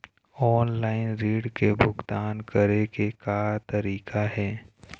Offline ऋण के भुगतान करे के का तरीका हे?